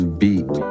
beat